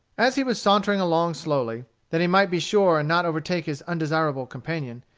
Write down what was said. as he was sauntering along slowly, that he might be sure and not overtake his undesirable companion,